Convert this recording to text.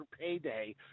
payday